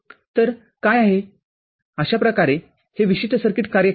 तरकाय आहे अशा प्रकारे हे विशिष्ट सर्किटकार्य करते